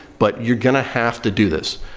but you're going to have to do this,